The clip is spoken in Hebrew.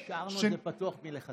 לא, השארנו את זה פתוח מלכתחילה.